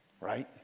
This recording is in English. right